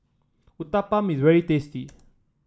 uthapam is very tasty